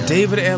David